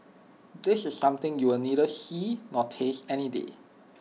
this is something you'll neither see nor taste any day